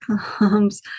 comes